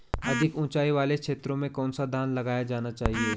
अधिक उँचाई वाले क्षेत्रों में कौन सा धान लगाया जाना चाहिए?